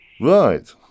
Right